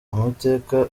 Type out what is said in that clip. amateka